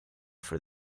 for